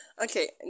okay